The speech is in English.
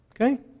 Okay